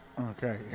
Okay